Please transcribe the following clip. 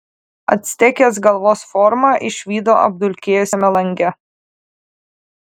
actekės galvos formą išvydo apdulkėjusiame lange